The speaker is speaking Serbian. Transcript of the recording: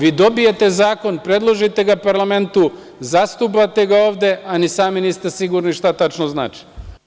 Vi dobijete zakon, predložite ga parlamentu, zastupate ga ovde, a ni sami niste sigurni šta tačno znači.